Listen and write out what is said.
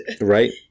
Right